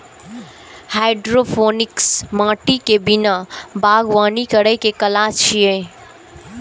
hydroponics माटि के बिना बागवानी करै के कला छियै